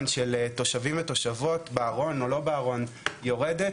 של תושבים ותושבות בארון או לא בארון יורדת,